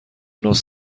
نسخه